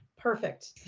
perfect